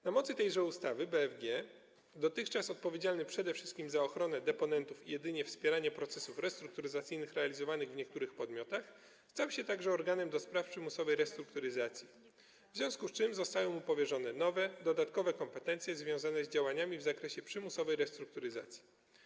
Na mocy tejże ustawy BFG, dotychczas odpowiedzialny przede wszystkim za ochronę deponentów i jedynie wspieranie procesów restrukturyzacyjnych realizowanych w niektórych podmiotach, stał się także organem do spraw przymusowej restrukturyzacji, w związku z czym zostały mu powierzone nowe, dodatkowe kompetencje związane z działaniami w zakresie przymusowej restrukturyzacji.